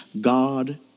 God